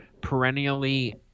perennially